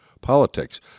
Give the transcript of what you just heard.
politics